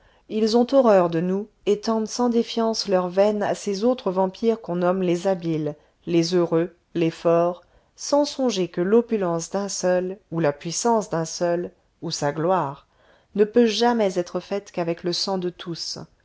ils ont horreur de nous et tendent sans défiance leurs veines à ces autres vampires qu'on nomme les habiles les heureux les forts sans songer que l'opulence d'un seul ou la puissance d'un seul ou sa gloire ne peut jamais être faite qu'avec le sang de tous